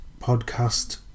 podcast